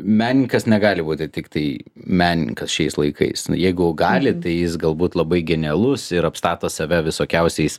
menininkas negali būti tiktai menininkas šiais laikais jeigu jau gali tai jis galbūt labai genialus ir apstato save visokiausiais